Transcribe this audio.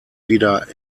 wieder